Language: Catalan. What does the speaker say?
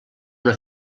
una